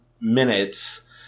minutes